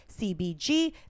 cbg